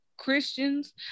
Christians